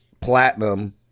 platinum